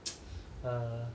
err